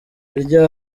iryo